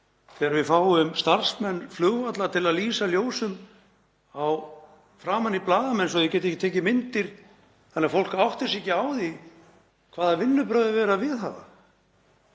Þegar við fáum starfsmenn flugvalla til að lýsa ljósum framan í blaðamenn svo að þeir geti ekki tekið myndir þannig að fólk átti sig ekki á hvaða vinnubrögð er verið að viðhafa?